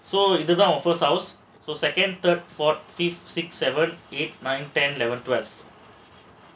so இது தான்:idhu thaan so second third fourth fifth six seven eight nine ten eleven twelve